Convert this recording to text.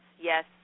Yes